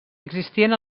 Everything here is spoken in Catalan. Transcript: existien